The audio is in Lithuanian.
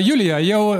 julija jau